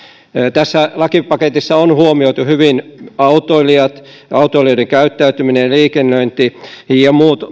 tässä lakipaketissa on huomioitu hyvin autoilijat ja autoilijoiden käyttäytyminen ja liikennöinti ja muut